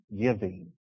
giving